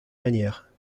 manière